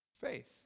Faith